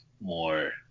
more